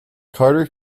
carter